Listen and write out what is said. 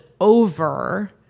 over